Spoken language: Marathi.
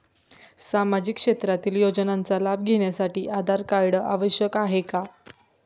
सामाजिक क्षेत्रातील योजनांचा लाभ घेण्यासाठी आधार कार्ड आवश्यक आहे का?